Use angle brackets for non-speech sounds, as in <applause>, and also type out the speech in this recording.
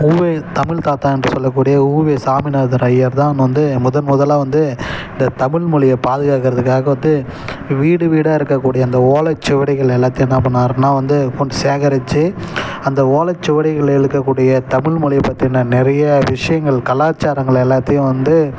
உவே தமிழ் தாத்தா என்று சொல்லக்கூடிய உவே சாமிநாதர் ஐயர்தான் வந்து முதல் முதலாக வந்து இந்த தமிழ்மொழியை பாதுகாக்கிறதுக்காக வந்து வீடு வீடாய் இருக்கக்கூடிய அந்த ஓலைச்சுவடிகள் எல்லாத்தையும் என்ன பண்ணிணாருன்னா வந்து <unintelligible> சேகரிச்சு அந்த ஓலைச்சுவடிகளில் இருக்கக்கூடிய தமிழ்மொழிய பற்றின நிறைய விஷயங்கள் கலாச்சாரங்கள் எல்லாத்தையும் வந்து